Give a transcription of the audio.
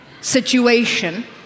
situation